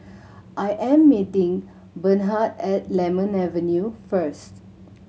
I am meeting Bernhard at Lemon Avenue first